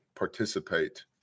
participate